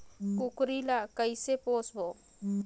कूकरी ला कइसे पोसबो?